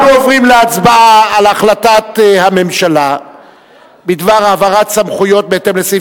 אנחנו עוברים להצבעה על החלטת הממשלה בדבר העברת סמכויות בהתאם לסעיף